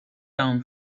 town